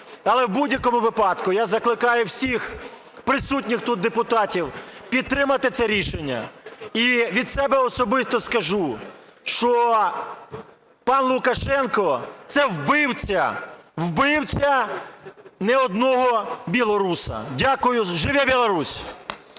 Але в будь-якому випадку я закликаю всіх присутніх тут депутатів підтримати це рішення. І від себе особисто скажу, що пан Лукашенко – це вбивця, вбивця не одного білоруса. Дякую. Живе Білорусь!